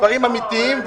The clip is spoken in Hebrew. דברים אמיתיים,